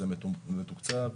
זה מתוקצב,